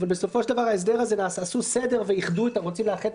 אבל בסופו של דבר עשו סדר ורוצים לאחד את